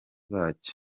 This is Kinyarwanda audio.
bacyo